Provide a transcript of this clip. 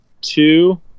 two